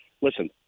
listen